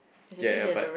ya but